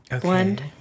blend